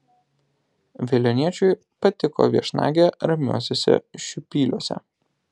veliuoniečiui patiko viešnagė ramiuosiuose šiupyliuose